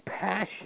passion